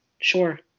Sure